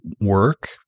work